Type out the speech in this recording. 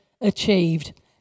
achieved